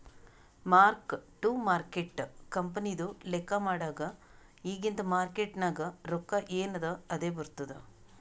mark to market ಕಂಪನಿದು ಲೆಕ್ಕಾ ಮಾಡಾಗ್ ಇಗಿಂದ್ ಮಾರ್ಕೇಟ್ ನಾಗ್ ರೊಕ್ಕಾ ಎನ್ ಅದಾ ಅದೇ ಬರ್ತುದ್